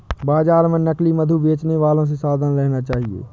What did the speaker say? बाजार में नकली मधु बेचने वालों से सावधान रहना चाहिए